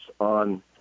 on